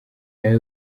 nawe